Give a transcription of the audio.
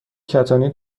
کتانی